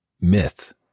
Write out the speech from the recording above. myth